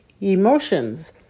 emotions